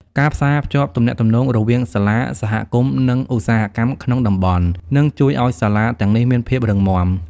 ការផ្សារភ្ជាប់ទំនាក់ទំនងរវាងសាលា សហគមន៍ និងឧស្សាហកម្មក្នុងតំបន់នឹងជួយឱ្យសាលាទាំងនេះមានភាពរឹងមាំ។